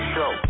Show